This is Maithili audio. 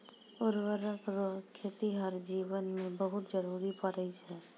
उर्वरक रो खेतीहर जीवन मे बहुत जरुरी पड़ै छै